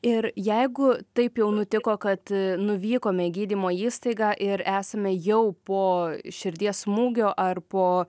ir jeigu taip jau nutiko kad e nuvykome į gydymo įstaigą ir esame jau po širdies smūgio ar po